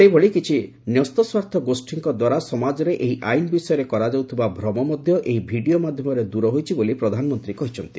ସେହିଭଳି କିଛି ନ୍ୟସ୍ତସ୍ୱାର୍ଥ ଗୋଷ୍ଠୀଙ୍କ ଦ୍ୱାରା ସମାଜରେ ଏହି ଆଇନ୍ ବିଷୟରେ କରାଯାଉଥିବା ଭ୍ରମ ମଧ୍ୟ ଏହି ଭିଡ଼ିଓ ମାଧ୍ୟମରେ ଦୂର ହୋଇଛି ବୋଲି ପ୍ରଧାନମନ୍ତ୍ରୀ କହିଛନ୍ତି